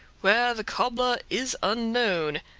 where the cobbler is unknown,